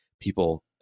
people